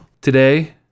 today